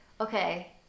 okay